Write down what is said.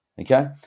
okay